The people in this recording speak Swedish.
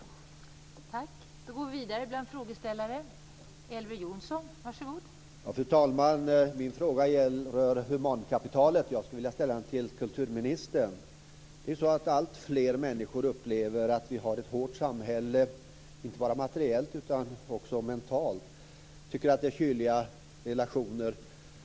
Det förråande språket